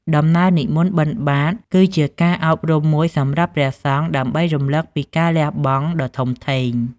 ដំណើរនិមន្តបិណ្ឌបាត គឺជាការអប់រំមួយសម្រាប់ព្រះសង្ឃ ដើម្បីរំលឹកពីការលះបង់ដ៏ធំធេង។